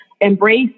embrace